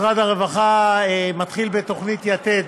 משרד הרווחה מתחיל בתוכנית "יתד",